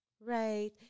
Right